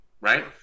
right